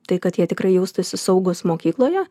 tai kad jie tikrai jaustųsi saugūs mokykloje